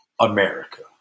America